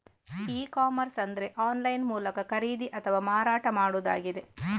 E commerce ಅಂದ್ರೆ online ಮೂಲಕ ಖರೀದಿ ಅಥವಾ ಮಾರಾಟ ಮಾಡುದಾಗಿದೆ